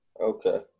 Okay